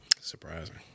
Surprising